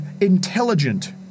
intelligent